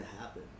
happen